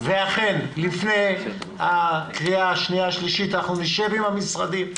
ואכן לפני הקריאה השנייה והשלישית אנחנו נשב עם המשרדים,